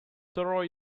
thorough